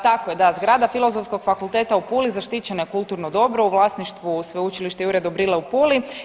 Tako da, zgrada Filozofskog fakulteta u Puli zaštićeno je kulturno dobro u vlasništvu Sveučilišta Jure Dobrila u Puli.